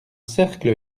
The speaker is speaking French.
cercle